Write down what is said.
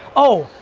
oh,